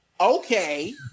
Okay